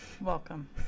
Welcome